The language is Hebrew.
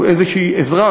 או איזושהי עזרה,